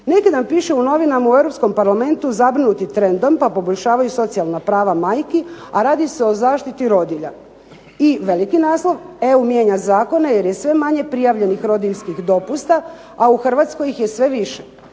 Neki dan piše u novinama u Europskom Parlamentu zabrinuti trendom, pa poboljšavaju socijalna prava majki, a radi se o zaštiti rodilja. I veliki naslov EU mijenja zakone, jer je sve manje prijavljenih rodiljskih dopusta, a u Hrvatskoj ih je sve više.